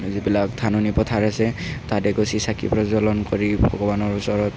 যিবিলাক ধাননি পথাৰ আছে তাত গৈ চাকি প্ৰজ্বলন কৰি ভগৱানৰ ওচৰত